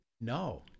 no